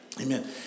Amen